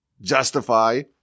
justify